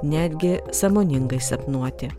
netgi sąmoningai sapnuoti